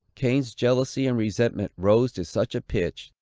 cain's jealousy and resentment rose to such a pitch,